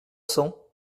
cents